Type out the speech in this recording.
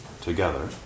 together